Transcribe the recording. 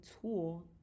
tool